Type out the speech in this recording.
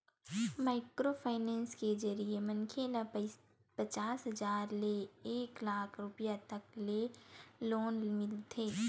micro finance के जरिए मनखे ल पचास हजार ले एक लाख रूपिया तक के लोन मिलथे